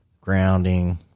grounding